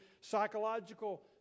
psychological